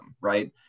right